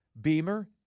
Beamer